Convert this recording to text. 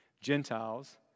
Gentiles